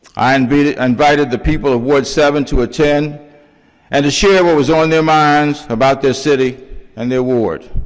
i invited invited the people of ward seven to attend and to share what was on their minds about their city and their ward,